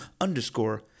underscore